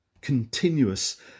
continuous